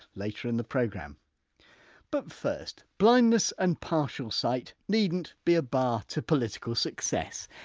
later in the programme but first, blindness and partial sight needn't be a bar to political success.